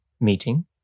meeting